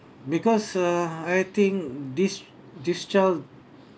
because uh I think this this child